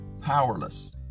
powerless